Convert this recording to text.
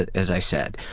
ah as i said.